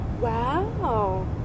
Wow